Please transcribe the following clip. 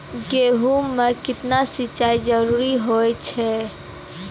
गेहूँ म केतना सिंचाई जरूरी होय छै?